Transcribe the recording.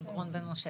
באישור הכנסת,